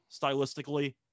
stylistically